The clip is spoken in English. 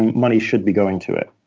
money should be going to it,